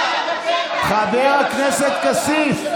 חבר הכנסת כסיף.